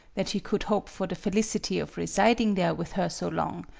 that he could hope for the felicity of residing there with her so long,